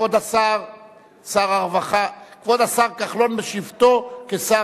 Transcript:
כבוד השר כחלון, בשבתו כשר